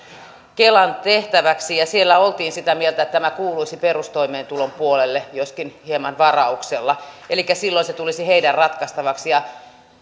kelan tehtäväksi siellä oltiin sitä mieltä että tämä kuuluisi perustoimeentulon puolelle joskin hieman varauksella elikkä silloin se tulisi heidän ratkaistavakseen